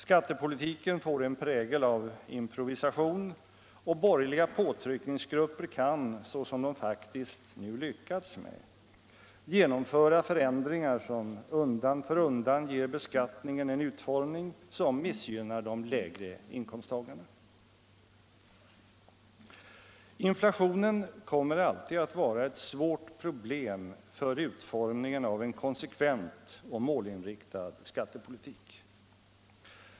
Skattepolitiken får en prägel av improvisation och borgerliga påtryckningsgrupper kan, såsom de faktiskt nu lyckats med, genomföramförändringar som undan för undan ger beskattningen en utformning som missgynnar de lägre inkomsttagarna. Inflationen kommer alltid att vara ett svårt problem för utformningen av en konsekvent och målinriktad skattepolitik.